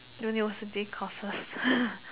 university courses